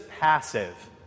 passive